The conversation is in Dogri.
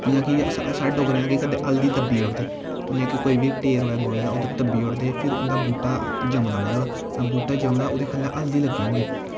जि'यां कि साढ़ै डोगरें दै केह् करदे हल्दी धब्बी ओड़दे जि'यां कि कोई बी ढेर होऐ गोहे दा उद्धर धब्बी ओड़दे फिर ओह्दा बूह्टा जमदा मतलब बूह्टा जमदा ओह्दै ख'ल्ल हल्दी लग्गी दी होंदी